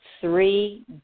three